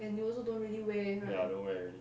ya I don't wear it